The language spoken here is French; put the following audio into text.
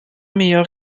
meilleure